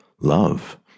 love